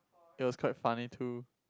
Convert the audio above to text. you are quite funny too